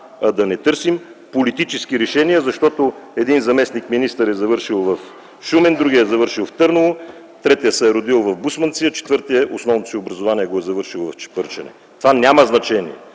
да не търсим политически решения, защото един заместник-министър е завършил в Шумен, другият е завършил в Търново, третият се е родил в Бусманци, а четвъртият е завършил основното си образование в Чепърчане. Това няма значение.